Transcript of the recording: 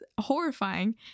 horrifying